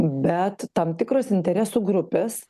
bet tam tikros interesų grupės